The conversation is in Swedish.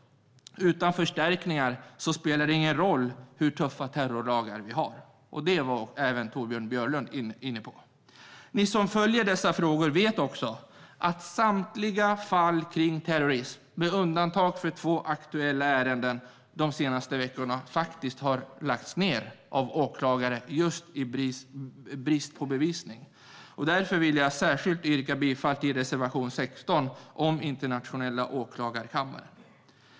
Utan förstärkningar spelar det ingen roll hur tuffa terrorlagar vi har. Det var även Torbjörn Björlund inne på. Ni som följer dessa frågor vet att samtliga fall kring terrorism, med undantag för två aktuella ärenden de senaste veckorna, faktiskt har lagts ned av åklagare just i brist på bevisning. Därför vill jag särskilt yrka bifall till reservation 16 om den internationella åklagarkammaren.